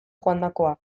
joandakoa